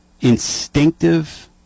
instinctive